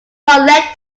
bartlett